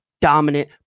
dominant